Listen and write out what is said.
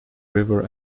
river